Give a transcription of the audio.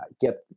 get